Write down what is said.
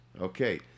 okay